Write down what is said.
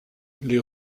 les